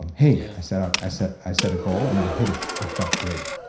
and hey, yeah i said i i said i set a goal and i hit it. that felt great.